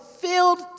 filled